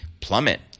plummet